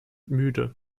müde